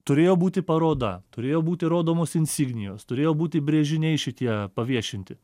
turėjo būti paroda turėjo būti rodomos insignijos turėjo būti brėžiniai šitie paviešinti